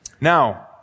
Now